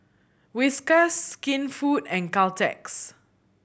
Whiskas Skinfood and Caltex